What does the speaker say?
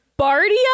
Bardia